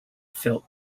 felt